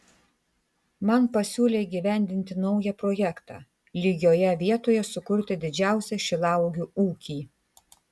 man pasiūlė įgyvendinti naują projektą lygioje vietoje sukurti didžiausią šilauogių ūkį